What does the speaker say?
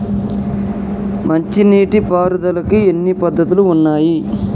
మంచి నీటి పారుదలకి ఎన్ని పద్దతులు ఉన్నాయి?